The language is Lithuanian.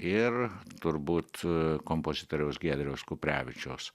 ir turbūt kompozitoriaus giedriaus kuprevičiaus